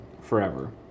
forever